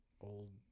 old